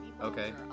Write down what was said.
Okay